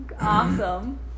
Awesome